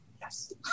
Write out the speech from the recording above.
Yes